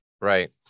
right